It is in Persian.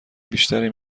بیشتری